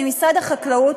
ממשרד החקלאות.